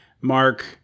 Mark